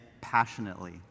passionately